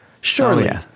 Surely